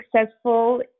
successful